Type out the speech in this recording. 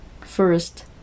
First